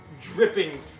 dripping